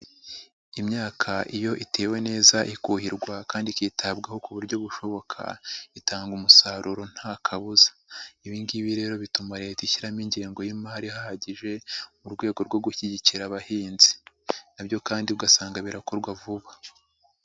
Imyaka iyo itewe neza ikuhirwa kandi ikitabwaho ku buryo bushoboka itanga umusaruro nta kabuza, ibi ngibi rero bituma leta ishyiramo ingengo y'imari ihagije mu rwego rwo gushyigikira abahinzi, nabyo kandi ugasanga birakorwa vuba.